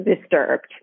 disturbed